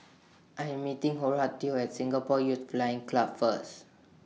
I Am meeting Horatio At Singapore Youth Flying Club First